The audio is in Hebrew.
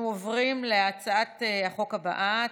אנחנו עוברים להצעת החוק הבאה,